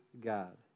God